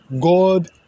God